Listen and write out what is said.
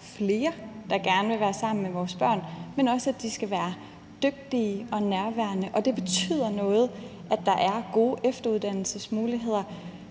flere, der gerne vil være sammen med vores børn, men også om, at de skal være dygtige og nærværende. Og det betyder noget, at der er gode efteruddannelsesmuligheder.